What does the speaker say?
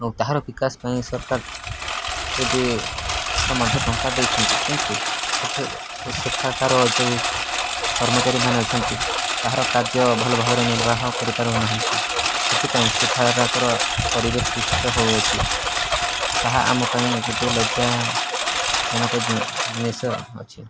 ଆଉ ତାହାର ବିକାଶ ପାଇଁ ସରକାର ଥରେ ଦୁଇଥର ମଧ୍ୟ ଟଙ୍କା ଦେଇଛନ୍ତି କିନ୍ତୁ ସେଠାକାର ଯୋଉ କର୍ମଚାରୀମାନେ ଅଛନ୍ତି ତାଙ୍କର କାର୍ଯ୍ୟ ଭଲଭାବରେ ନିର୍ବାହ କରିପାରୁନାହାନ୍ତି ସେଥିପାଇଁ ସେଠାକାର ପରିବେଶ ଦୂଷିତ ହୋଇଅଛି ତାହା ଆମ ପାଇଁ ଗୋଟିଏ ଲଜ୍ଜାଜନକ ଜିନିଷ ଅଛି